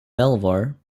belvoir